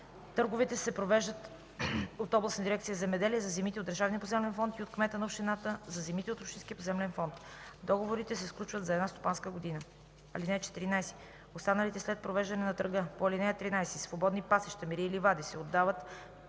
Търговете се провеждат от областната дирекция „Земеделие” – за земите от държавния поземлен фонд, и от кмета на общината – за земите от общинския поземлен фонд. Договорите се сключват за една стопанска година. (14) Останалите след провеждане на търга по ал. 13 свободни пасища, мери и ливади се отдават